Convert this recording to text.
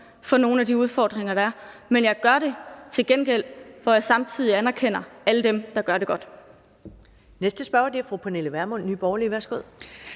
for nogle af de udfordringer, der er, men jeg gør det til gengæld heller ikke, når jeg samtidig anerkender alle dem, der gør det godt.